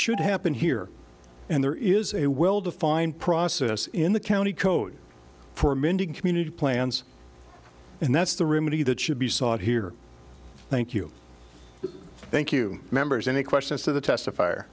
should happen here and there is a well defined process in the county code for amending community plans and that's the room many that should be sought here thank you thank you members any questions to the testif